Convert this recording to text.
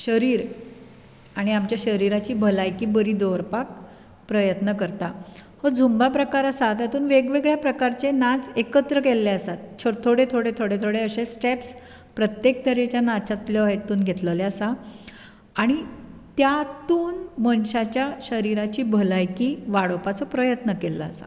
शरीर आनी आमचे शरिराची भलायकी बरी दवरपाक प्रयत्न करता हो झुम्बा प्राकार आसता तातूंत वेग वेगळे प्रकारचे एकत्र केल्ले आसात थोडे थोडे थोडे थोडे अशे स्टॅप्स प्रत्येक तरेच्या नाचांतलो हितून घेतलेलो आसा आनी त्या तूंत मनशाच्या शरिराची भलायकी वाडोवपाचो प्रयत्न केल्लो आसा